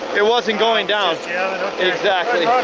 it wasn't going down, yeah exactly.